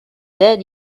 dead